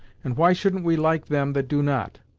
and why shouldn't we like them that do not.